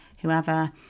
whoever